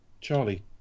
charlie